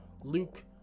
Luke